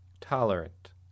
tolerant